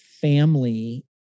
family